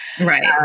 Right